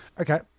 Okay